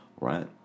right